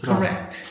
Correct